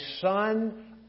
son